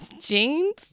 jeans